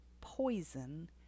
poison